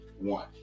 One